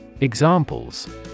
Examples